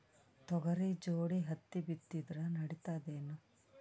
ತೊಗರಿ ಜೋಡಿ ಹತ್ತಿ ಬಿತ್ತಿದ್ರ ನಡಿತದೇನು?